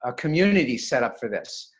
ah community set up for this,